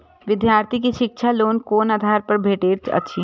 विधार्थी के शिक्षा लोन कोन आधार पर भेटेत अछि?